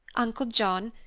uncle john,